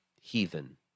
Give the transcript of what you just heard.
heathen